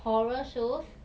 horror shows